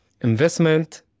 investment